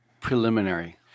preliminary